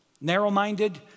Narrow-minded